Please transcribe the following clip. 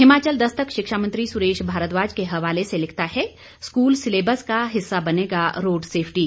हिमाचल दस्तक शिक्षा मंत्री सुरेश भारद्वाज के हवाले से लिखता है स्कूल सिलेबस का हिस्सा बनेगा रोड सेफटी